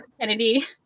Kennedy